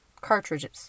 cartridges